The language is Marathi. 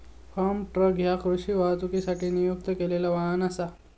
फार्म ट्रक ह्या कृषी वाहतुकीसाठी नियुक्त केलेला वाहन असा